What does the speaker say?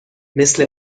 مثل